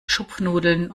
schupfnudeln